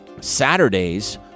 Saturdays